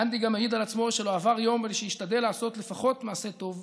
גנדי גם מעיד על עצמו שלא עבר יום בלי שהשתדל לעשות לפחות מעשה טוב אחד.